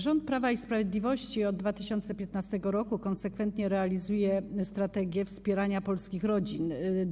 Rząd Prawa i Sprawiedliwości od 2015 r. konsekwentnie realizuje strategię wspierania polskich rodzin.